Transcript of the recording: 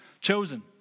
chosen